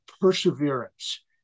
perseverance